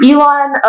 Elon